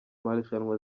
marushanwa